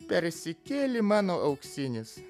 persikėli mano auksinis